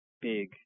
big